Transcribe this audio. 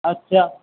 আচ্ছা